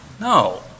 No